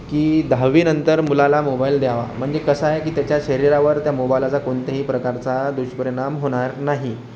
की दहावीनंतर मुलाला मोबाइल द्यावा म्हणजे कसं आहे की त्याच्या शरीरावर त्या मोबाइलाचा कोणताही प्रकारचा दुष्परिणाम होणार नाही